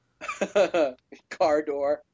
Cardor